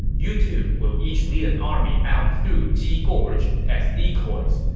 you two will each lead an army out through ji gorge as decoys.